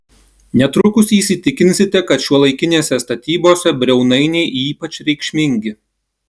netrukus įsitikinsite kad šiuolaikinėse statybose briaunainiai ypač reikšmingi